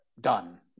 done